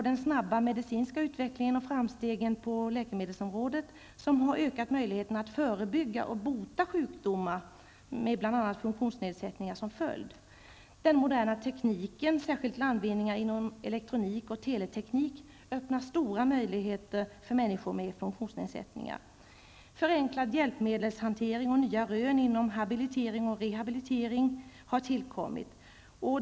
Den snabba medicinska utvecklingen och framstegen på läkemedelsområdet t.ex. har ökat möjligheterna att förebygga och bota sjukdomar som bl.a. leder till funktionsnedsättningar. Den moderna tekniken, särskilt landvinningar inom elektronik och teleteknik, utgör en öppning för stora möjligheter för människor med funktionsnedsättning. Förenklad hjälpmedelshantering och nya rön inom habilitering och rehabilitering har tillkommit.